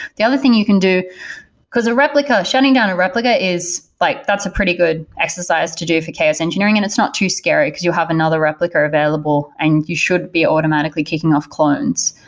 the other thing you can do because a replica shutting down a replica is like that's a pretty good exercise to do for chaos engineering, and it's not too scary, because you have another replica available and you should be automatically kicking off clones.